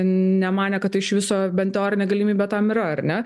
nemanė kad iš viso bent teorinė galimybė tam yra ar ne